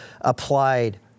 applied